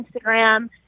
Instagram